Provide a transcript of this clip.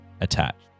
attached